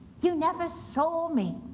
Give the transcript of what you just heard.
you never saw me.